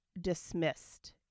dismissed